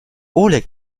oleg